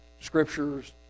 scriptures